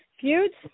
Feuds